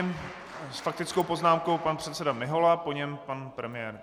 S faktickou poznámkou pan předseda Mihola, po něm pan premiér.